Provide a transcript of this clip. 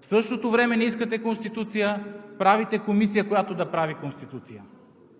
В същото време не искате Конституция, а правите комисия, която да прави Конституция.